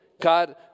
God